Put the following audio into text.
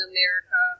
America